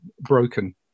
broken